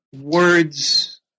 words